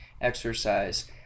exercise